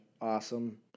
awesome